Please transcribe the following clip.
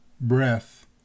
Breath